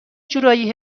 جورایی